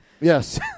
Yes